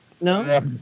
No